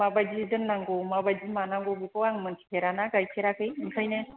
माबायदि दोन्नांगौ माबायदि मानांगौ बेखौ आं मोन्थिफेराना गायफेराखै ओंखायनो